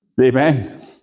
Amen